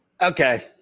Okay